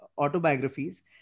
autobiographies